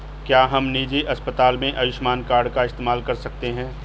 क्या हम निजी अस्पताल में आयुष्मान कार्ड का इस्तेमाल कर सकते हैं?